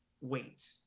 Wait